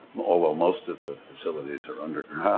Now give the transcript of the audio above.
although most of the facilities are underground.